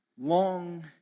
long